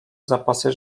zapasy